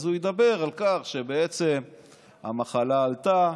אז הוא ידבר על כך שבעצם המחלה עלתה,